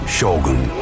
Shogun